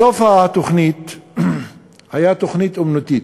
בסוף האירוע הייתה תוכנית אמנותית.